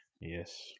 Yes